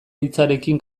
hitzarekin